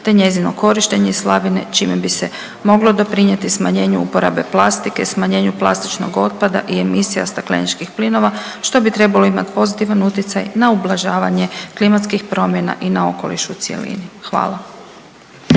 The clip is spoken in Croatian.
te njezino korištenje slavine, čime bi se moglo doprinijeti smanjenju uporabe plastike, smanjenju plastičnog otpada i emisija stakleničkih plinova, što bi trebalo imati pozitivan utjecaj na ublažavanje klimatskih promjena i na okoliš u cjelini. Hvala.